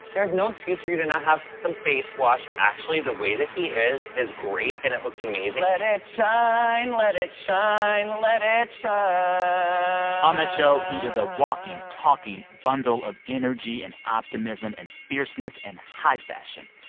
there's no excuse for you to not have some face wash actually, the way that he is is great, and it looks amazing let it shine. let it shine. let it shine on that show, he is a walking, talking bundle of energy and optimism and fierceness and high fashion.